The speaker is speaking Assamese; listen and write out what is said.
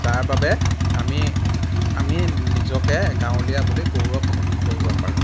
যাৰ বাবে আমি আমি নিজকে গাঁৱলীয়া বুলি গৌৰৱ অনুভৱ কৰিব পাৰোঁ